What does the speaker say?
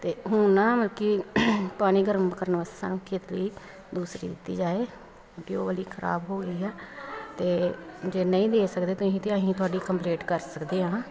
ਅਤੇ ਹੁਣ ਨਾ ਮਤਲਬ ਕਿ ਪਾਣੀ ਗਰਮ ਕਰਨ ਵਾਸਤੇ ਸਾਨੂੰ ਕੇਤਲੀ ਦੂਸਰੀ ਦਿੱਤੀ ਜਾਏ ਕਿ ਉਹ ਵਾਲੀ ਖਰਾਬ ਹੋ ਗਈ ਹੈ ਅਤੇ ਜੇ ਨਹੀਂ ਦੇ ਸਕਦੇ ਤੁਸੀਂ ਤਾਂ ਅਸੀਂ ਤੁਹਾਡੀ ਕੰਪਲੇਟ ਕਰ ਸਕਦੇ ਆ ਨਾ